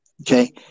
Okay